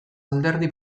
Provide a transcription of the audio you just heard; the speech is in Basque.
alderdi